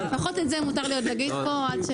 לפחות את זה מותר לי להגיד פה.